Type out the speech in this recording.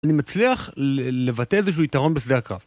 אני מצליח לבטא איזשהו יתרון בשדה הקרב.